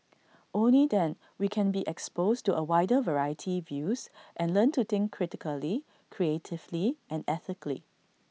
only them we can be exposed to A wider variety views and learn to think critically creatively and ethically